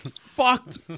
fucked